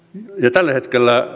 tällä hetkellä